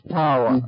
power